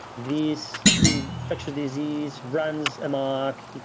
these infectious disease runs amok.